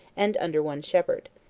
and under one shepherd.